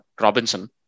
Robinson